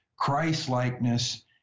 Christ-likeness